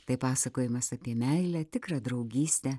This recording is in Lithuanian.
tai pasakojimas apie meilę tikrą draugystę